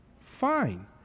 Fine